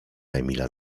emila